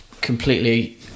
completely